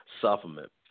supplement